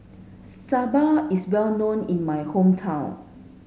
Sambar is well known in my hometown